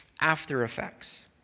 after-effects